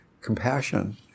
compassion